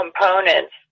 components